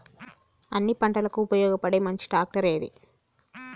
అన్ని పంటలకు ఉపయోగపడే మంచి ట్రాక్టర్ ఏది?